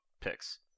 picks